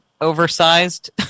oversized